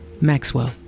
Maxwell